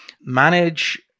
manage